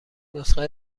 نسخه